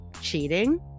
cheating